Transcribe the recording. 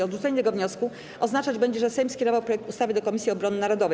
Odrzucenie tego wniosku oznaczać będzie, że Sejm skierował projekt ustawy do Komisji Obrony Narodowej.